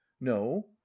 no